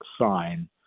sign